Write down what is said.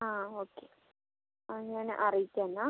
ആ ഓക്കെ ആ ഞാൻ അറിയിക്കാം എന്നാൽ